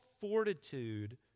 fortitude